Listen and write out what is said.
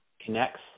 connects